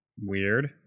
weird